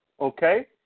okay